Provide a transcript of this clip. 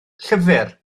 llyfr